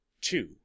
Two